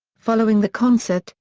following the concert,